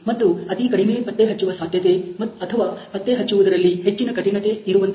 ಮತ್ತು ಅತಿ ಕಡಿಮೆ ಪತ್ತೆಹಚ್ಚುವ ಸಾಧ್ಯತೆ ಅಥವಾ ಪತ್ತೆಹಚ್ಚುವುದರಲ್ಲಿ ಹೆಚ್ಚಿನ ಕಠಿಣತೆ ಇರುವಂತಹ